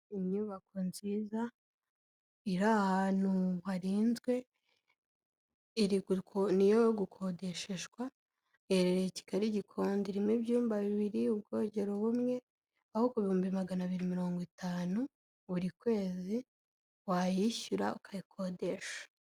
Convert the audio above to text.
Inyubako nziza iri ahantu harinzwe, ni iyo gukodeshwa iherereye Kigali Gikondo irimo ibyumba bibiri ubwogero bumwe, aho ku ibihumbi magana abiri mirongo itanu buri kwezi wayishyura ukayikodesha.